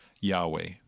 Yahweh